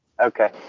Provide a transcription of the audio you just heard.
okay